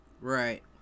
Right